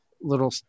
little